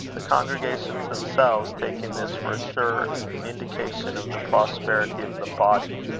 the congregations themselves taking this for a sure indication of the prosperity of the body.